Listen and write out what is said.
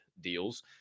deals